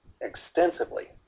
extensively